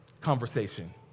conversation